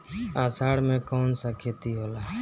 अषाढ़ मे कौन सा खेती होला?